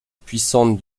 puissante